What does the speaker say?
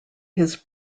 his